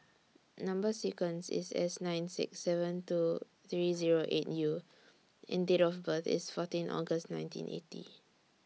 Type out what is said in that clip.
Number sequence IS S nine six seven two three Zero eight U and Date of birth IS fourteen August nineteen eighty